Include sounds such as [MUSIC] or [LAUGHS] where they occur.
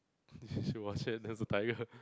[LAUGHS] she as a tiger